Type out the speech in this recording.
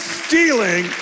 stealing